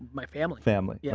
my family. family, yeah